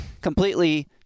completely